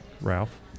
Ralph